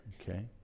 Okay